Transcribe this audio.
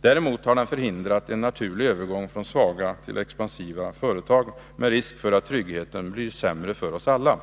Däremot har den förhindrat en naturlig övergång från svaga till expansiva företag, med risk för att tryggheten blir sämre för oss alla.